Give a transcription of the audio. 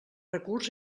recurs